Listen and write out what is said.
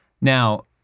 now